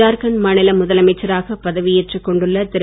ஜார்கன்ட் மாநில முதலமைச்சராக பதவி ஏற்றுக் கொண்டுள்ள திரு